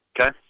Okay